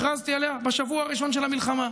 הכרזתי עליה בשבוע הראשון של המלחמה,